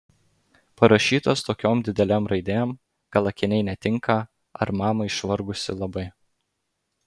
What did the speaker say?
parašytas tokiom didelėm raidėm gal akiniai netinka ar mama išvargusi labai